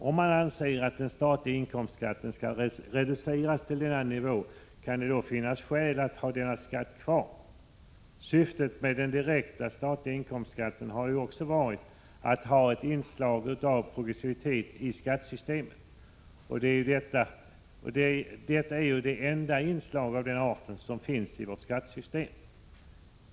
Om man anser att den statliga inkomstskatten skall reduceras till denna nivå, kan det då finnas något skäl att ha någon skatt kvar? Syftet med den direkta statliga inkomstskatten har ju varit att få ett inslag av progressivitet i skattesystemet. Detta är ju det enda inslag av den arten som finns i vårt skattesystem.